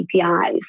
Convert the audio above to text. APIs